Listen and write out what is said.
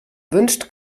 wünscht